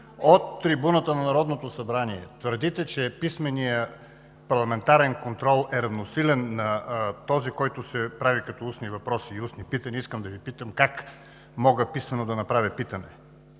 от трибуната на Народното събрание твърдите, че писменият парламентарен контрол е равносилен на този, който се прави като устни въпроси и устни питания, искам да Ви питам: как мога писмено да направя питане